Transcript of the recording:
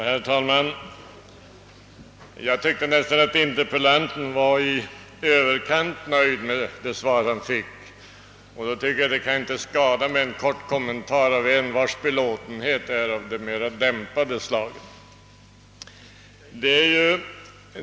Herr talman! Jag tycker att interpellanten var i överkant nöjd med det svar han fick. Därför kan det inte skada med en kort kommentar från någon, vars belåtenhet är av det mera dämpade slaget.